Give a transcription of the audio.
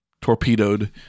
torpedoed